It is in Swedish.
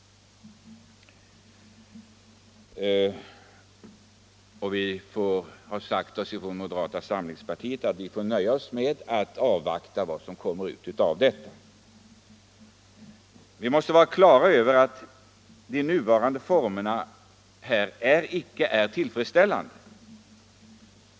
Från moderata samlingspartiets sida har vi sagt att vi får nöja oss med detta och avvakta resultatet av utredningen. Vi måste vara på det klara med att de nuvarande arrangemangen icke är tillfredsställande.